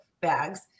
bags